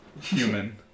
Human